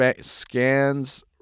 scans